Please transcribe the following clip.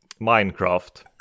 minecraft